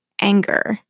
anger